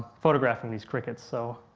photographing these crickets, so.